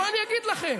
בואו אני אגיד לכם.